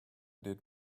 did